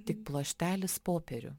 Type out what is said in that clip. tik pluoštelis popierių